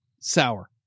sour